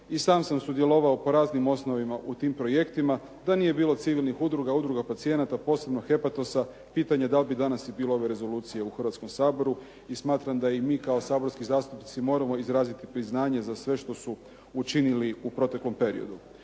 sam sam sudjelovao po raznim osnovima u tim projektima. Da nije bilo civilnih udruga, udruga pacijenata, posebno "Hepatosa", pitanje da li bi danas bilo ove rezolucije u Hrvatskom saboru. I smatram da i mi kao saborski zastupnici moramo izraziti priznanje za sve što su učinili u proteklom periodu.